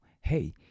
Hey